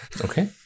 Okay